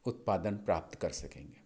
उत्पादन प्राप्त कर सकेंगे